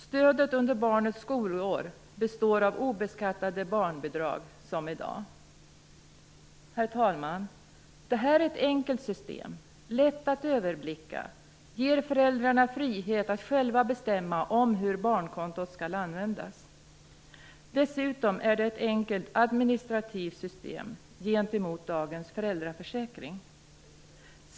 Herr talman! Det här är ett enkelt system som är lätt att överblicka. Det ger föräldrarna frihet att själva bestämma om hur barnkontot skall användas. Dessutom är det ett enkelt system att administrera jämfört med dagens föräldraförsäkring.